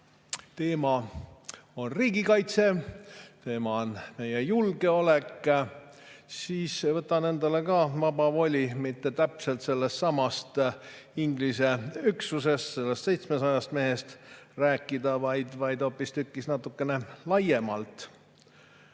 teema on riigikaitse ja meie julgeolek, siis võtan endale vaba voli rääkida mitte täpselt sellestsamast Inglise üksusest, sellest 700 mehest, vaid hoopistükkis natukene laiemalt.